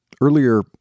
Earlier